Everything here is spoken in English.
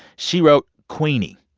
she wrote queenie,